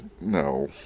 No